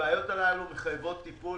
הבעיות האלו מחייבות טיפול